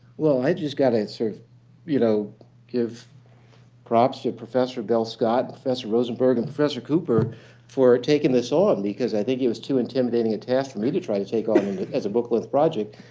well i just got to sort of you know give props to professor bell-scott, professor rosenberg, and professor cooper for taking this on because i think it was too intimidating a task for me to try to take over as a book length project.